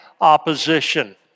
opposition